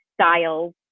styles